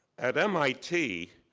at mit,